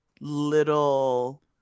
little